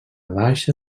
baixa